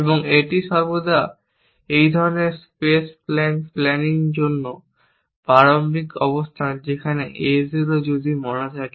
এবং এটি সর্বদা এই ধরনের প্ল্যান স্পেস প্ল্যানিংয়ের জন্য প্রারম্ভিক অবস্থান যেখানে A 0 যদি মনে থাকে